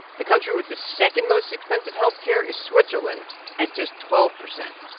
the country with the second most expensive health care is switzerland at just twelve percent.